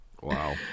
Wow